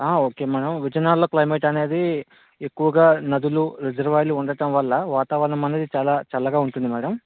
okay madam విజయనగరంలో climate అనేది ఎక్కువగా నదులు రిజర్వాయర్లు ఉండటంవల్ల వాతావరణమనేది చాలా చల్లగా ఉంటుంది మ్యాడమ్